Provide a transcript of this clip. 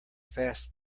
fast